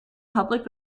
public